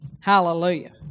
Hallelujah